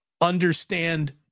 understand